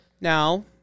Now